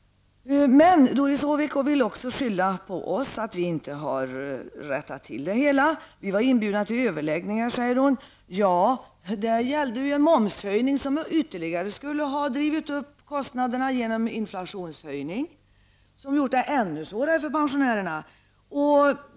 Doris Håvik vill också skylla på oss för att vi inte rättat till det hela. Vi var inbjudna till överläggningar, säger hon. Ja, men det gällde en momshöjning som ytterligare skulle ha drivit upp kostnaderna genom en inflationshöjning, som hade gjort det ännu svårare för pensionärerna.